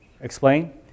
explain